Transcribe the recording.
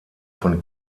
von